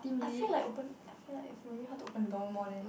I feel like open I feel it's really hard to open the door more than like